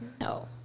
no